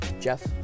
Jeff